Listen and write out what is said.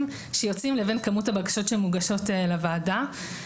שיוצאים לבין כמות הבקשות שמוגשות לוועדה.